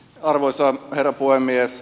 arvoisa herra puhemies